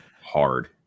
hard